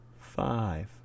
Five